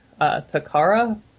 Takara